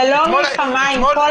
זה לא מלחמה, עם כל